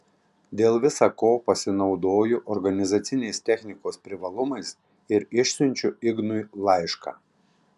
dėl visa ko pasinaudoju organizacinės technikos privalumais ir išsiunčiu ignui laišką